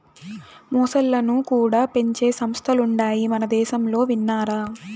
మొసల్లను కూడా పెంచే సంస్థలుండాయి మనదేశంలో విన్నారా